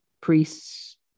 priests